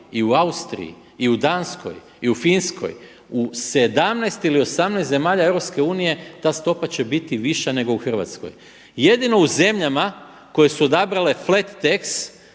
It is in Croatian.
i u Austriji i u Danskoj i u Finskoj, u 17 ili 18 zemalja Europske unije ta stopa će biti viša nego u Hrvatskoj. Jedino u zemljama koje su odabrale flat tax